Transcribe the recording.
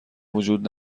وجود